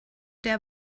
der